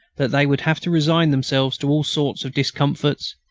that they would have to resign themselves to all sorts of discomforts,